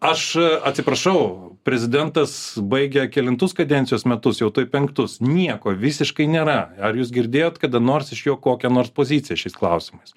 aš atsiprašau prezidentas baigia kelintus kadencijos metus jau tuoj penktus nieko visiškai nėra ar jūs girdėjote kada nors iš jo kokią nors poziciją šiais klausimais